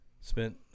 Spent